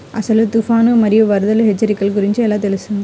అసలు తుఫాను మరియు వరదల హెచ్చరికల గురించి ఎలా తెలుస్తుంది?